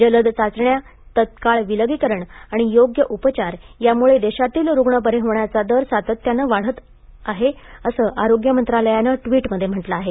जलद चाचण्या तत्काळ विलगीकरण आणि योग्य उपचार यामुळे देशातील रुग्ण बरे होण्याचा दर सातत्यानं वाढत होत असल्याचं आरोग्य मंत्रालयानं ट्वीटमध्ये म्हटलं आहे